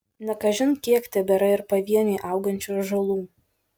ne kažin kiek tebėra ir pavieniui augančių ąžuolų